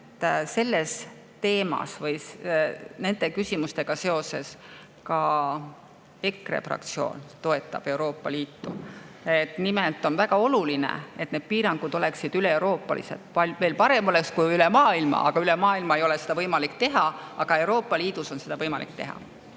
selle teema või nende küsimustega seoses ka EKRE fraktsioon toetab Euroopa Liitu. Nimelt on väga oluline, et need piirangud oleksid üleeuroopalised, veel parem oleks kui ülemaailmsed. Üle maailma ei ole seda võimalik teha, aga Euroopa Liidus on seda võimalik teha.